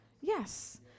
Yes